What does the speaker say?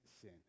sin